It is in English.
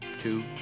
two